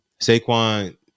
saquon